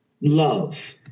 love